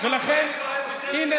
ואללה, אולם